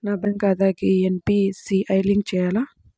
నా బ్యాంక్ ఖాతాకి NPCI link చేయాలా?